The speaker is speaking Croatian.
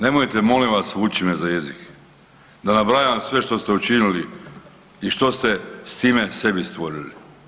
Nemojte molim vas vuči me za jezik, da nabrajam sve što ste učinili i što ste s time sebi stvorili.